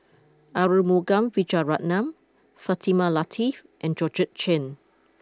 Arumugam Vijiaratnam Fatimah Lateef and Georgette Chen